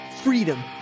freedom